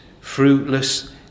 fruitless